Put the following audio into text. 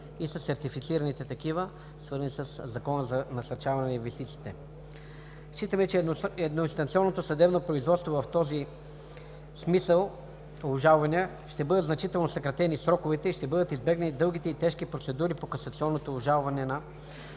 и сертифицираните такива, свързани със Закона за насърчаване на инвестициите. Считаме, че в едноинстанционното съдебно производство в този смисъл обжалвания, ще бъдат значително съкратени сроковете и ще бъдат избегнати дългите и тежки процедури по касационното обжалване на